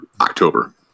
October